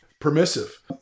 Permissive